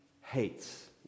hates